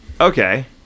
okay